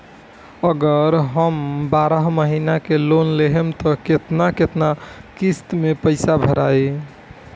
अगर हम बारह महिना के लोन लेहेम त केतना केतना किस्त मे पैसा भराई?